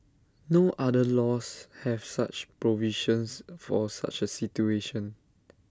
no other laws have such provisions for such A situation